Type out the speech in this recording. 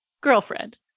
girlfriend